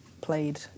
played